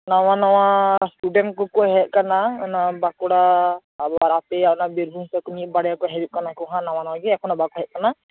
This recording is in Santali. ᱱᱟᱣᱟ ᱱᱟᱣᱟ ᱥᱴᱩᱰᱮᱱᱴ ᱠᱚ ᱠᱚ ᱦᱮᱡ ᱟᱠᱟᱱᱟ ᱚᱱᱟ ᱵᱟᱸᱠᱩᱲᱟ ᱟᱵᱟᱨ ᱟᱯᱮᱭᱟ ᱚᱱᱟ ᱵᱤᱨᱵᱷᱩᱢ ᱠᱚᱷᱱ ᱢᱤᱫᱽ ᱵᱟᱨᱭᱟ ᱠᱚ ᱦᱤᱡᱩᱜ ᱠᱟᱱᱟ ᱠᱚ ᱦᱟᱸᱜ ᱱᱟᱣᱟ ᱱᱟᱣᱟᱜᱮ ᱮᱠᱷᱚᱱᱚ ᱵᱟᱠᱚ ᱦᱮᱡ ᱟᱠᱟᱱᱟ